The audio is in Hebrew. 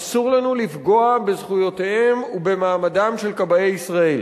אסור לנו לפגוע בזכויותיהם ובמעמדם של כבאי ישראל.